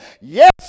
yes